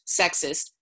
sexist